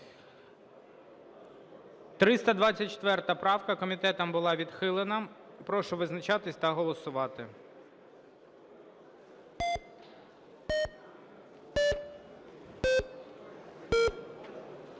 330 правку. Комітетом відхилена. Прошу визначатися та голосувати.